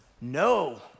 No